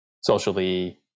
socially